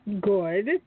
Good